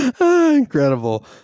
incredible